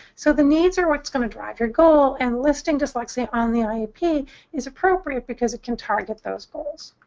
so the needs are what's going to drive your goal. and listing dyslexia on the ah iep is appropriate because it can target those goals.